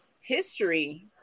history